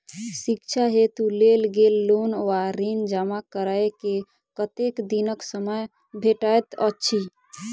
शिक्षा हेतु लेल गेल लोन वा ऋण जमा करै केँ कतेक दिनक समय भेटैत अछि?